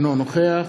אינו נוכח